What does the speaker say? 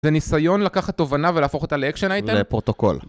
זה ניסיון לקחת תובנה ולהפוך אותה לאקשן אייטם? לפרוטוקול.